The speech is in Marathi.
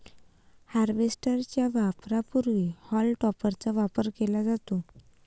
हार्वेस्टर च्या वापरापूर्वी हॉल टॉपरचा वापर केला जातो